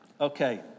Okay